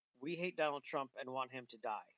we-hate-Donald-Trump-and-want-him-to-die